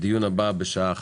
הדיון הבא בשעה אחת.